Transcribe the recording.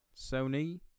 Sony